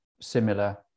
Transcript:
similar